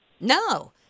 no